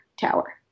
tower